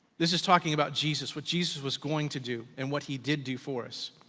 this is talking about jesus, what jesus was going to do and what he did do for us.